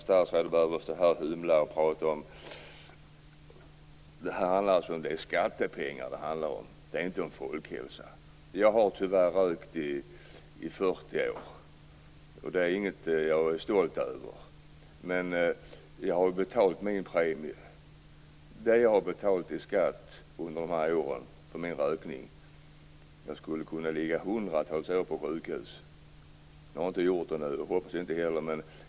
Statsrådet behöver inte stå här och hymla - det här handlar om skattepengar, inte om folkhälsa. Jag har tyvärr rökt i 40 år. Det är inget jag är stolt över, men jag har betalt min premie. För de pengar jag har betalt i skatt under de här åren för min rökning skulle jag kunna ligga hundratals år på sjukhus - jag har ännu inte gjort det, och jag hoppas att jag slipper.